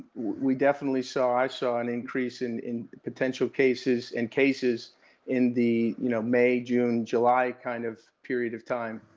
we definitely saw, i saw an increase in in potential cases and cases in the you know may, june, july kind of period of time,